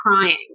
crying